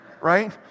right